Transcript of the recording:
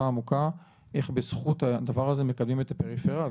עמוקה איך בזכות הדבר הזה מקדמים את הפריפריה.